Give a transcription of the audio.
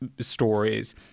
stories